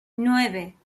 nueve